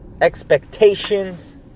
Expectations